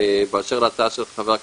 באשר להצעה של חבר הכנסת,